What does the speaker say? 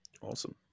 Awesome